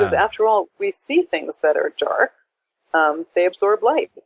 ah after all, we see things that are dark um they absorb light.